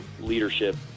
leadership